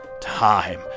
time